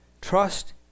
Trust